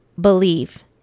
believe